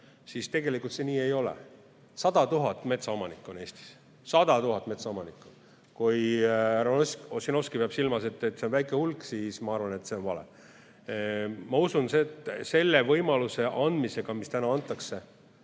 kasu. Tegelikult see nii ei ole. 100 000 metsaomanikku on Eestis. 100 000 metsaomanikku! Kui härra Ossinovski peab silmas, et see on väike hulk, siis ma arvan, et see on vale. Ma usun, et selle võimalusega, mis täna antakse,